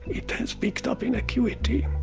it has picked up in acuity,